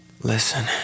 Listen